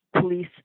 police